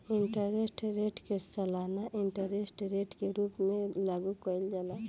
interest rate के सालाना interest rate के रूप में लागू कईल जाला